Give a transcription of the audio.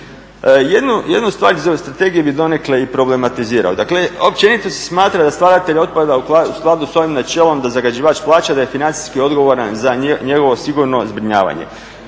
Jednu stvar iz ove strategije bi donekle i problematizirao. Dakle, općenito se smatra da stvaratelj otpada u skladu s ovim načelom da zagađivač plaća, da je financijski odgovaran za njegovo sigurno zbrinjavanje.